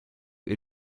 est